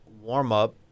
warm-up